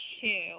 two